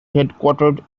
headquartered